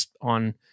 on